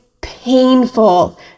painful